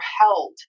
held